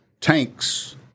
tanks